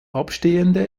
abstehende